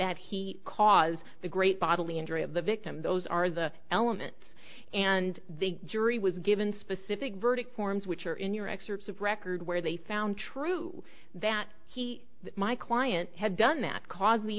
could caused the great bodily injury of the victim those are the elements and the jury was given specific verdict forms which are in your excerpts of record where they found true that he my client had done that caused the